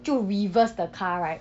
就 reverse the car right